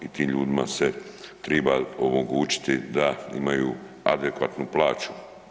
I tim ljudima se triba omogućiti da imaju adekvatnu plaću.